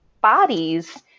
bodies